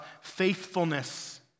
faithfulness